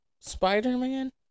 Spider-Man